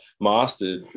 mastered